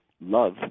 love